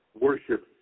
worship